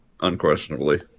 unquestionably